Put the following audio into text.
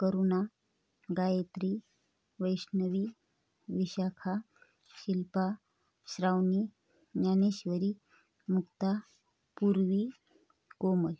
Karuna Gayatri Vaishnavi Vishakha Shilpa Shravani Dnyaneshwari Mukta Purvi Komal